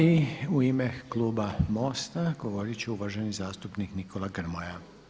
I u ime kluba MOST-a govoriti će uvaženi zastupnik Nikola Grmoja.